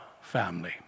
family